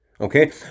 okay